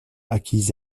acquise